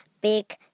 Big